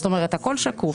זאת אומרת, הכול שקוף.